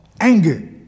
anger